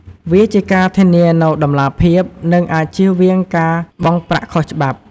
វាជាការធានានូវតម្លាភាព និងអាចជៀសវាងការបង់ប្រាក់ខុសច្បាប់។